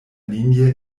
linie